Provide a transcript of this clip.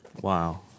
Wow